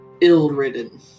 ill-ridden